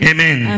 Amen